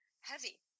heavy